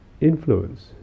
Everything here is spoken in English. influence